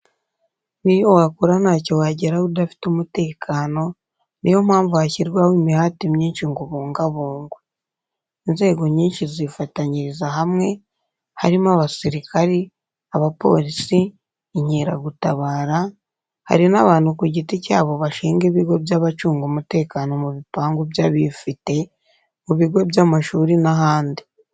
N'iyo wakora ntacyo wageraho udafite umutekano, ni yo mpamvu hashyirwaho imihati myinshi ngo ubungabungwe. Inzego nyinshi zifatanyiriza hamwe, harimo abasirikari, abapolisi, inkeragutabara, hari n'abantu ku giti cyabo bashinga ibigo by'abacunga umutekano mu bipangu by'abifite, mu bigo by'amashuri n'ahandi.